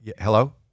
Hello